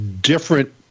different